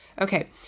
Okay